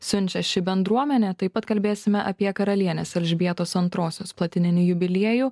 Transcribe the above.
siunčia ši bendruomenė taip pat kalbėsime apie karalienės elžbietos antrosios platininį jubiliejų